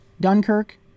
Dunkirk